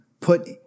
put